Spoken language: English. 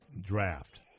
draft